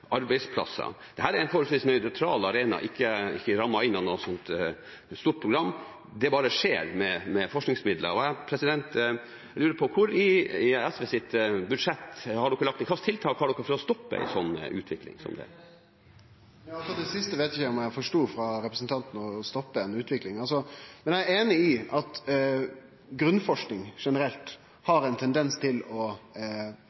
er en forholdsvis nøytral arena, ikke rammet inn av noe stort program – det bare skjer med forskningsmidler. Jeg lurer på: I SVs budsjett, hva slags tiltak har man for å stoppe en sånn utvikling? Akkurat det siste frå representanten veit eg ikkje om eg forstod: å stoppe ei utvikling. Eg er einig i at grunnforsking generelt har ein tendens til å